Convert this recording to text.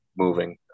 moving